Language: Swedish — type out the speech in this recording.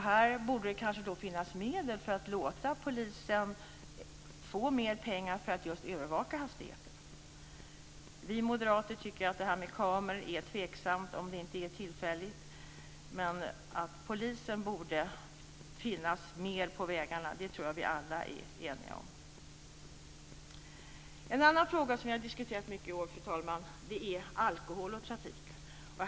Då borde det kanske finnas medel för att låta polisen få mer pengar för att just övervaka hastigheten. Vi moderater tycker att det här med kameror är tveksamt om det inte är tillfälligt, men att polisen borde finnas mer på vägarna tror jag att vi alla är eniga om. En annan fråga som vi har diskuterat mycket i år, fru talman, gäller alkohol och trafik.